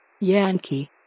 Yankee